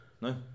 No